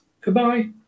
goodbye